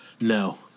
No